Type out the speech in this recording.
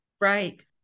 Right